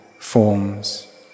forms